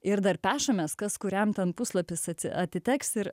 ir dar pešamės kas kuriam ten puslapis atiteks ir